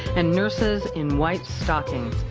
and nurses in white stockings.